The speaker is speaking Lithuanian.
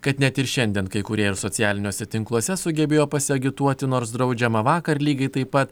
kad net ir šiandien kai kurie ir socialiniuose tinkluose sugebėjo pasiagituoti nors draudžiama vakar lygiai taip pat